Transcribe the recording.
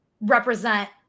represent